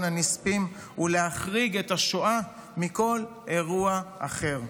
הנספים ולהחריג את השואה מכל אירוע אחר.